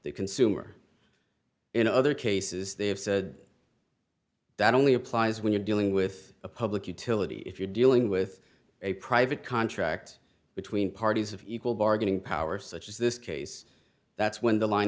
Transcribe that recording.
the consumer in other cases they have said that only applies when you're dealing with a public utility if you're dealing with a private contract between parties of equal bargaining power such as this case that's when the line